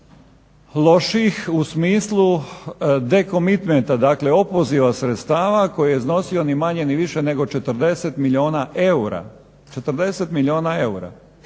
loših, u smislu the commitmenta, dakle opoziva sredstava koji je iznosio ni manje ni više nego 40 milijuna eura,